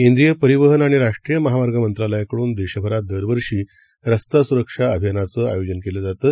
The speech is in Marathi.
केंद्रीयपरिवहनआणिराष्ट्रीयमहामार्गमंत्रालयाकडूनदेशभरातदरवर्षीरस्तासुरक्षाअभियानाचआयोजनकेलंजातं